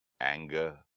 anger